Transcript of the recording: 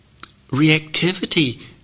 reactivity